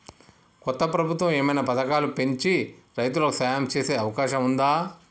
కొత్త ప్రభుత్వం ఏమైనా పథకాలు పెంచి రైతులకు సాయం చేసే అవకాశం ఉందా?